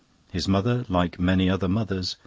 his mother, like many other mothers,